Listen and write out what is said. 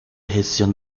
gestión